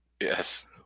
Yes